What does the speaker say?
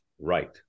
Right